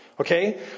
Okay